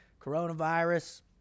coronavirus